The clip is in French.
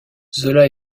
zola